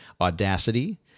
Audacity